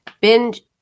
Binge